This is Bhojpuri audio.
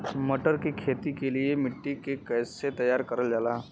मटर की खेती के लिए मिट्टी के कैसे तैयार करल जाला?